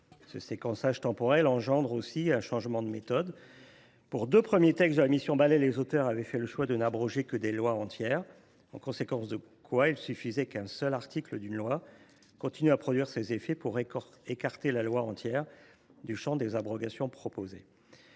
Ce séquençage temporel emporte aussi un changement de méthode. Les auteurs des deux premiers textes de la mission Balai avaient fait le choix de n’abroger que des lois entières, en conséquence de quoi il suffisait qu’un seul article d’une loi continue à produire ses effets pour écarter le texte entier du champ des abrogations proposées.